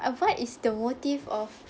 uh what is the motive of